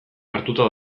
hartuta